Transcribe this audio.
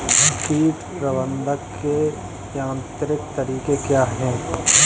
कीट प्रबंधक के यांत्रिक तरीके क्या हैं?